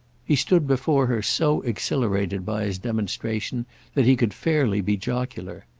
he stood before her so exhilarated by his demonstration that he could fairly be jocular.